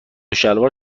شلوار